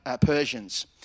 Persians